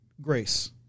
grace